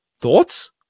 Thoughts